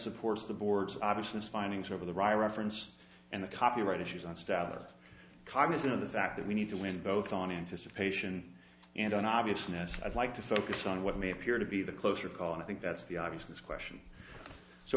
supports the board's obviousness findings over the reference and the copyright issues on staff cognizant of the fact that we need to win both on anticipation and on obviousness i'd like to focus on what may appear to be the closer call and i think that's the obvious question so